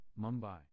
Mumbai